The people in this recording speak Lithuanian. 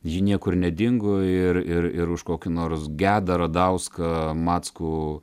ji niekur nedingo ir ir ir už kokį nors geda radauską mackų